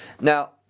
Now